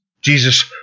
Jesus